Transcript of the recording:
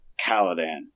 caladan